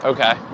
Okay